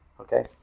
Okay